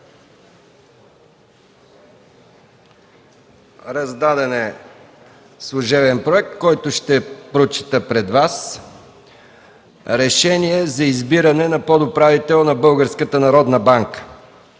Раздаден е служебен проект, който ще прочета пред Вас. „РЕШЕНИЕ за избиране на подуправител на